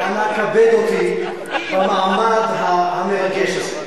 אנא כבד אותי במעמד המרגש הזה.